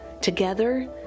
Together